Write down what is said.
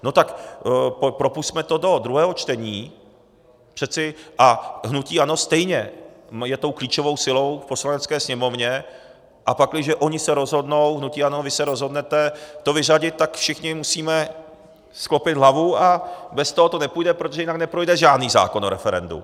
No tak propusťme to do druhého čtení přeci, a hnutí ANO stejně je tou klíčovou silou v Poslanecké sněmovně, a pakliže oni se rozhodnou, hnutí ANO, vy se rozhodnete to vyřadit, tak všichni musíme sklopit hlavu a bez toho to nepůjde, protože jinak neprojde žádný zákon o referendu.